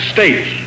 States